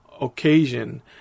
occasion